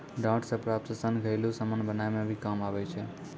डांट से प्राप्त सन घरेलु समान बनाय मे भी काम आबै छै